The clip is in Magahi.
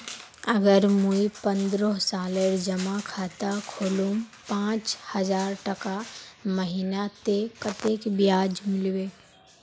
अगर मुई पन्द्रोह सालेर जमा खाता खोलूम पाँच हजारटका महीना ते कतेक ब्याज मिलबे?